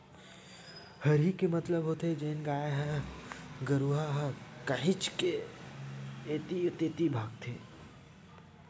हरही के मतलब होथे जेन गाय गरु ह काहेच के ऐती तेती भागथे